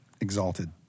exalted